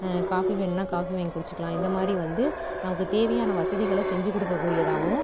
coffee வேணுனா coffee வாங்கி குடிச்சுக்கலாம் இந்த மாதிரி வந்து நமக்கு தேவையான வசதிகளை செஞ்சுக் கொடுக்கக்கூடியதாவும்